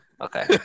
Okay